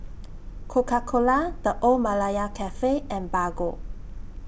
Coca Cola The Old Malaya Cafe and Bargo